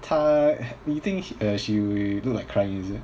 她 you think uh she look like crying is it